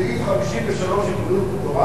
בסעיף 53 של יהדות התורה